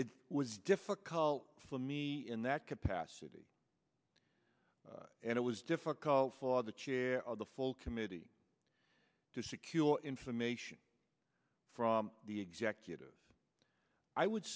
it was difficult for me in that capacity and it was difficult for the chair of the full committee to secure all information from the executive i would